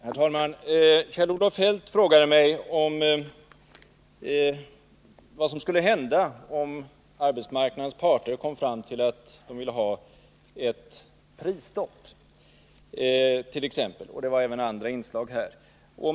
Herr talman! Kjell-Olof Feldt frågade mig vad som skulle hända om arbetsmarknadens parter kom fram till att de ville hat.ex. ett prisstopp.